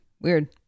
Weird